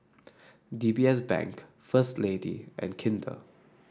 D B S Bank First Lady and Kinder